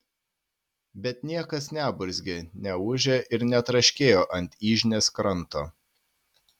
bet niekas neburzgė neūžė ir netraškėjo ant yžnės kranto